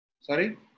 sorry